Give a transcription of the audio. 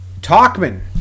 Talkman